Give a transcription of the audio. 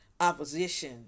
opposition